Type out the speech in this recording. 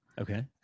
Okay